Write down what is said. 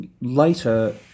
later